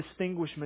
distinguishment